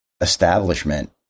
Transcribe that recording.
establishment